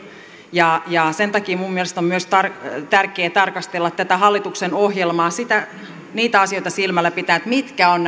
ja ja sen takia minun mielestäni on tärkeää tarkastella tätä hallituksen ohjelmaa myös niitä asioita silmällä pitäen mitkä ovat